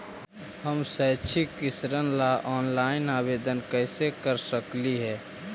हम शैक्षिक ऋण ला ऑनलाइन आवेदन कैसे कर सकली हे?